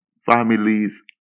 families